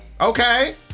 Okay